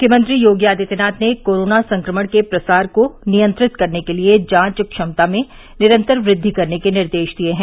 मुख्यमंत्री योगी आदित्यनाथ ने कोरोना संक्रमण के प्रसार को नियंत्रित करने के लिए जांच क्षमता में निरन्तर वृद्वि करने के निर्देश दिए हैं